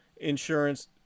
insurance